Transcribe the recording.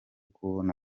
kubona